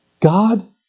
God